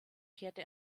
kehrte